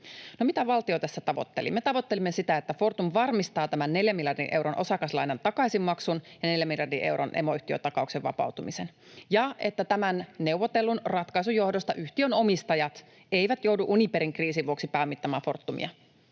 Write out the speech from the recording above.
mitä valtio tässä tavoitteli? Me tavoittelimme sitä, että Fortum varmistaa tämän neljän miljardin euron osakaslainan takaisinmaksun ja neljän miljardin euron emoyhtiötakauksen vapautumisen ja että tämän neuvotellun ratkaisun johdosta yhtiön omistajat eivät joudu Uniperin kriisin vuoksi pääomittamaan Fortumia